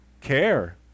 care